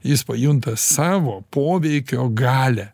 jis pajunta savo poveikio galią